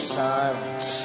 silence